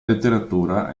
letteratura